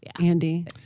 andy